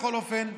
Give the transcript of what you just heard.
בכל אופן,